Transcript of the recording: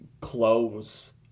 clothes